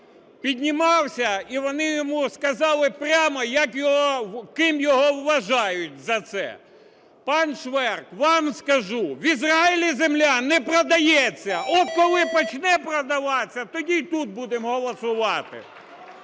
піднімався, і вони йому сказали прямо, як його… ким його вважають за це. Пан Шверк, вам скажу, в Ізраїлі земля не продається. От коли почне продаваться, тоді і тут будемо голосувати.